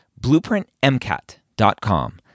BlueprintMCAT.com